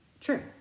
true